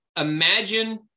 Imagine